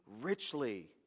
richly